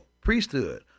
priesthood